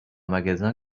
magasin